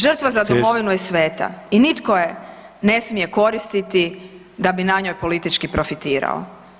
Žrtva za domovinu je sveta i nitko je ne smije koristiti da bi na njoj politički profitirao.